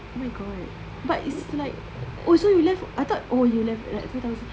my god but it's like oh so you left I thought oh you left like two thousand